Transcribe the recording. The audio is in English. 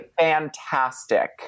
fantastic